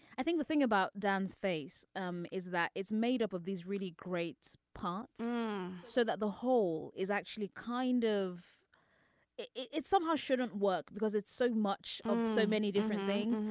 i think the thing about dan's face um is that it's made up of these really great parts so that the whole is actually kind of it it somehow shouldn't work because it's so much of so many different things.